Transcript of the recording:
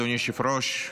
אדוני היושב-ראש,